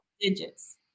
digits